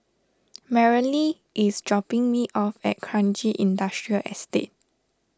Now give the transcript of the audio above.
Marilee is dropping me off at Kranji Industrial Estate